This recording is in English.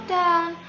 down